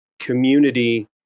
community